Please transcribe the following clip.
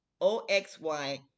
O-X-Y